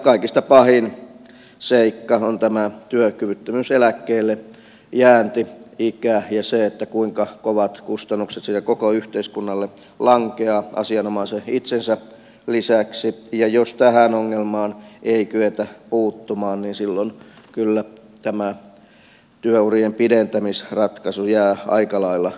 kaikista pahin seikka on tämä työkyvyttömyyseläkkeellejäänti ikä ja se kuinka kovat kustannukset siitä koko yhteiskunnalle lankeavat asianomaisen itsensä lisäksi ja jos tähän ongelmaan ei kyetä puuttumaan niin silloin kyllä tämä työurien pidentämisratkaisu jää aika lailla tyhjän päälle